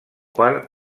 per